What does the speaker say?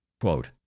Quote